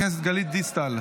חברת הכנסת גלית דיסטל,